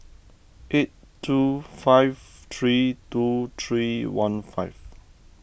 eight two five three two three one five